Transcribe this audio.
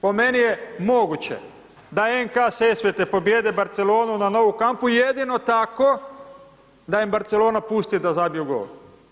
Po meni je moguće da NK Sesvete pobijede Barcelonu na Nou Camp-u jedino tako da im Barcelona pusti da zabiju gol.